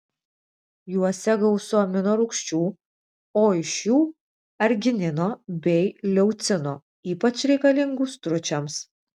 jose gausu amino rūgščių o iš jų arginino bei leucino ypač reikalingų stručiams